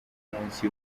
munsi